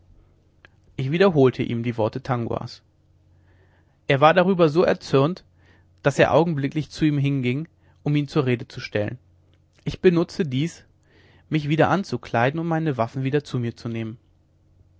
ich wiederholte ihm die worte tanguas er war darüber so erzürnt daß er augenblicklich zu ihm hinging um ihn zur rede zu stellen ich benutzte dies mich wieder anzukleiden und meine waffen wieder zu mir zu nehmen